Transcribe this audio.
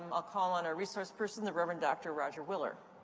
um i'll call on our resource person, the reverend dr. roger willer.